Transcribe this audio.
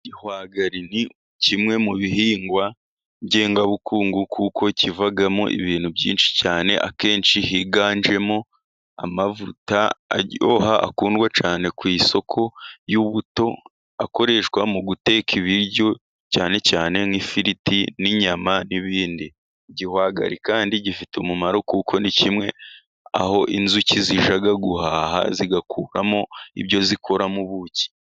Igihwagari ni kimwe mu bihingwa ngegabukungu, kuko kivamo ibintu byinshi cyane akenshi higanjemo amavuta aryoha akundwa cyane ku isoko y'ubuto, akoreshwa mu guteka ibiryo cyane cyane nk'ifiriti ,n'inyama, n'ibindi igihwagari kandi gifite umumaro kuko ni kimwe aho inzuki zijya guhaha, zigakuramo ibyo zikoramo ubuki.